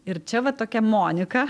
ir čia va tokia monika